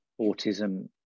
autism